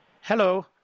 Hello